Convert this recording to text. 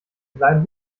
bleiben